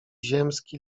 ziemski